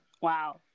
Wow